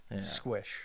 Squish